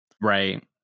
right